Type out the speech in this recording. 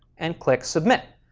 and click submit.